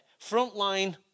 Frontline